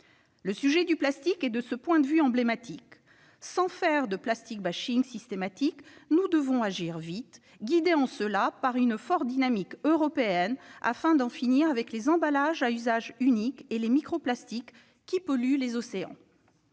le sujet du plastique est emblématique. Sans tomber dans le « plastique-bashing » systématique, nous devons agir vite, guidés par une forte dynamique européenne, afin d'en finir avec les emballages à usage unique et les microplastiques qui polluent les océans.